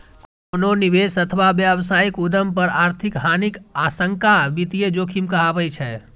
कोनो निवेश अथवा व्यावसायिक उद्यम पर आर्थिक हानिक आशंका वित्तीय जोखिम कहाबै छै